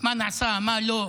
מה נעשה ומה לא.